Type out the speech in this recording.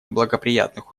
благоприятных